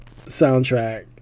soundtrack